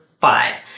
five